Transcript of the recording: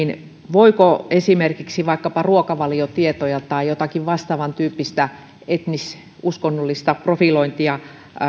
voiko esimerkiksi vaikkapa ruokavaliotietoja tai jotakin vastaavan tyyppistä etnis uskonnollista profilointia